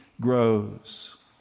grows